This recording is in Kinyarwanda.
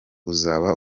uzaba